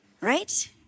Right